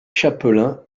chapelain